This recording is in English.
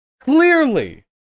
clearly